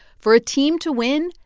for a team to win,